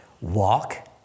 walk